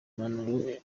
impanuro